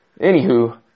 Anywho